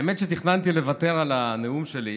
האמת היא שתכננתי לוותר על הנאום שלי,